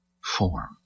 form